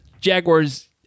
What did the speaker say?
Jaguars